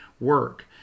work